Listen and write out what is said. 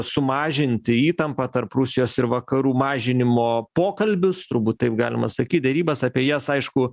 sumažinti įtampą tarp rusijos ir vakarų mažinimo pokalbius turbūt taip galima sakyt derybas apie jas aišku